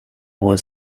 was